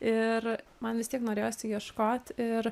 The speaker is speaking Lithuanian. ir man vis tiek norėjosi ieškot ir